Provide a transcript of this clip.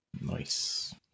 Nice